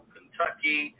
Kentucky